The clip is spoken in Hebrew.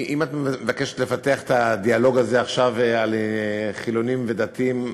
אם את מבקשת לפתח עכשיו את הדיאלוג הזה על חילונים ודתיים,